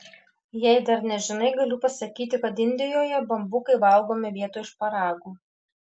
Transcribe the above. jei dar nežinai galiu pasakyti kad indijoje bambukai valgomi vietoj šparagų